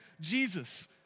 Jesus